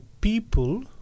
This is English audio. people